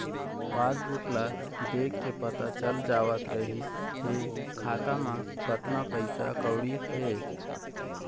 passbook ल देखके पता चल जावत रिहिस हे खाता म कतना पइसा कउड़ी हे